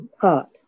heart